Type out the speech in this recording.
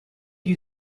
you